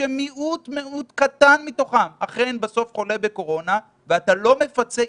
כשמיעוט מאוד קטן מתוכם אכן בסוף חולה בקורונה ואתה לא מפצה.